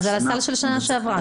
אז על הסל של השנה שעברה,